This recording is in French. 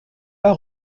pas